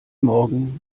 morgen